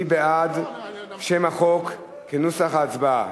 מי בעד שם החוק כנוסח הוועדה?